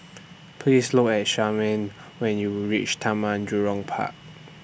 Please Look At Charmaine when YOU REACH Taman Jurong Park